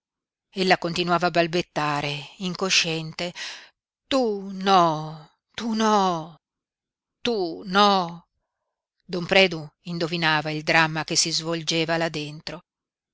angurie ella continuava a balbettare incosciente tu no tu no tu no don predu indovinava il dramma che si svolgeva là dentro